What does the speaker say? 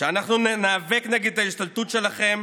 שאנחנו ניאבק נגד ההשתלטות שלכם